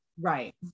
Right